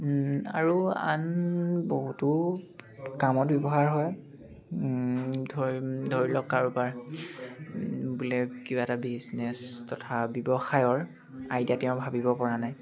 আৰু আন বহুতো কামত ব্যৱহাৰ হয় ধৰি লওক কাৰোবাৰ বোলে কিবা এটা বিজনেছ তথা ব্যৱসায়ৰ আইডিয়া তেওঁৰ ভাবিব পৰা নাই